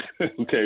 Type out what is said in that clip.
Okay